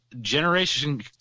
generation